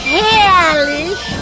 herrlich